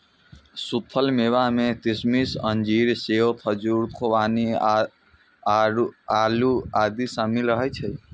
सूखल मेवा मे किशमिश, अंजीर, सेब, खजूर, खुबानी, आड़ू आदि शामिल रहै छै